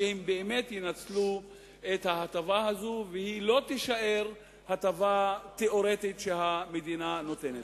שבאמת ינצלו את ההטבה הזאת והיא לא תישאר הטבה תיאורטית שהמדינה נותנת.